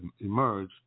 emerge